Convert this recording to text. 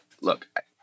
look